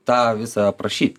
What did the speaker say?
tą visą aprašyti